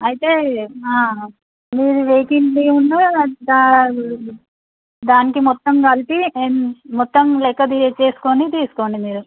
అయితే ఆ మీది వెహికిల్దీను దా దానికి మొత్తం కలిపి ఏ మొత్తం లెక్క తీ చేసుకుని తీసుకోండి మీరు